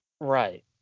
right